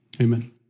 amen